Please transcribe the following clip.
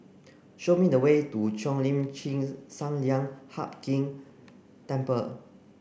show me the way to Cheo Lim Chin Sun Lian Hup Keng Temple